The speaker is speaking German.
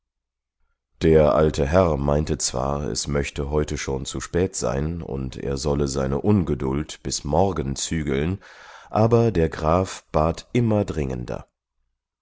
der alte herr meinte zwar es möchte heute schon zu spät sein und er solle seine ungeduld bis morgen zügeln aber der graf bat immer dringender